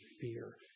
fear